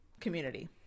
community